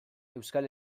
euskal